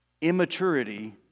immaturity